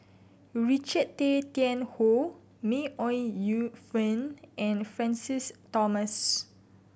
Richard Tay Tian Hoe May Ooi Yu Fen and Francis Thomas